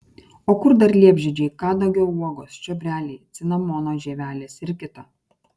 o kur dar liepžiedžiai kadagio uogos čiobreliai cinamono žievelės ir kita